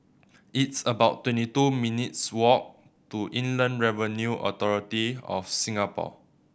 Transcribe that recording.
it's about twenty two minutes' walk to Inland Revenue Authority of Singapore